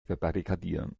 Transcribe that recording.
verbarrikadieren